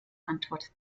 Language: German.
antwort